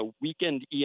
weakened